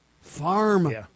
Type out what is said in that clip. farm